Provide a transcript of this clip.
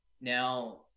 now